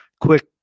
quick